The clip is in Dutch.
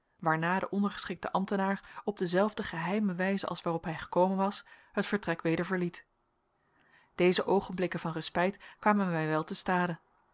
waarna de ondergeschikte ambtenaar op dezelfde geheime wijze als waarop hij gekomen was het vertrek weder verliet deze oogenblikken van respijt kwamen mij wel te stade